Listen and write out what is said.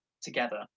together